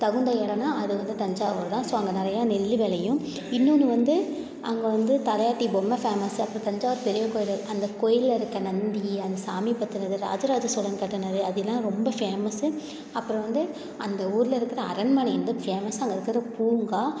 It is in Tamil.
தகுந்த இடம்னா அது வந்து தஞ்சாவூர் தான் ஸோ அங்கே நிறையா நெல் விளையும் இன்னொன்று வந்து அங்கே வந்து தலையாட்டி பொம்மை ஃபேமஸ் அப்புறம் தஞ்சாவூர் பெரிய கோயில் அந்த கோயில்ல இருக்க நந்தி அந்த சாமியை பத்தினது ராஜ ராஜ சோழன் கட்டினது அதுவெல்லாம் ரொம்ப ஃபேமஸ் அப்புறம் வந்து அந்த ஊரில் இருக்கிற அரண்மனை வந்து ஃபேமஸ் அங்கே இருக்கிற பூங்கா